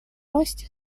росте